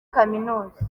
kaminuza